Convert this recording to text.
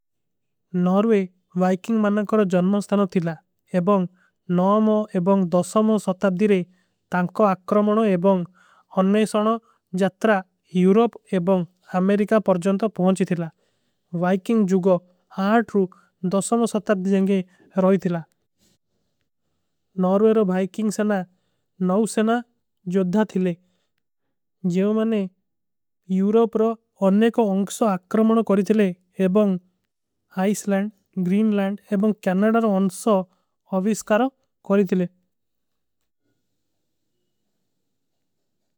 Norway Viking ମନନକର ଜନ୍ମସ୍ତନ ଥିଲା ଏବଂଗ ନୌମୋ ଏବଂଗ ଦୋସମୋ। ସତବ୍ଦୀରେ ତାଂକୋ ଅକ୍ରମନୋ ଏବଂଗ ଅନ୍ମେଶନୋ ଜତ୍ରା ଯୂରୋପ ଏବଂଗ। ଅମେରିକା ପରଜନ ତୋ ପହୁଁଚୀ ଥିଲା ଵାଇକିଂଗ ଜୁଗୋ ଆଏଟ୍ରୂ ଦୋସମୋ। ସତବ୍ଦୀରେ ରହୀ ଥିଲା ନର୍ଵେ ଵାଇକିଂଗ ସେନା ନୌଵ ସେନା ଜଦ୍ଧା ଥିଲେ। ଜେଵ ମନନେ ଯୂରୋପରୋ ଅନ୍ନେ କୋ ଅଂକ୍ଷୋ ଅକ୍ରମନୋ କରୀ ଥିଲେ ଏବଂଗ। ଆଇସଲଂଡ, ଗ୍ରୀନଲଂଡ, ଏବଂଗ କୈନାଡର ଅଂକ୍ଷୋ ଅଵିସକାରୋ କରୀ ଥିଲେ।